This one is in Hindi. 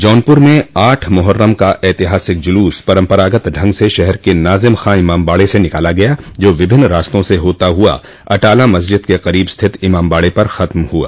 जौनपुर में आठ मोहर्रम का ऐतिहासिक जुलूस परम्परागत ढंग से शहर के नाज़िम खां इमामबाड़े से निकाला गया जो विभिन्न रास्तों से होता हुआ अटाला मस्जिद के करीब स्थित इमामबाड़े पर खत्म हुआ